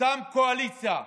אותה קואליציה,